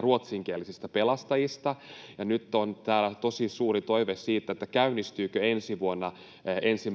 ruotsinkielisistä pelastajista. Nyt on täällä tosi suuri kysymys siitä, käynnistyykö ensi vuonna ensimmäinen